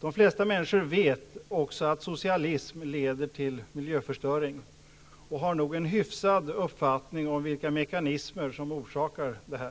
De flesta människor vet också att socialism leder till miljöförstöring och har nog en hyfsad uppfattning om vilka mekanismer som orsakar detta.